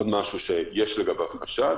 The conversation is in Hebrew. עוד משהו שיש לגביו חשד